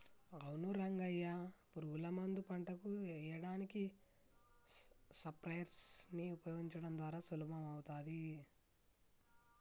అవును రంగయ్య పురుగుల మందు పంటకు ఎయ్యడానికి స్ప్రయెర్స్ నీ ఉపయోగించడం ద్వారా సులభమవుతాది